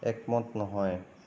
একমত নহয়